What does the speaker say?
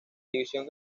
división